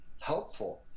helpful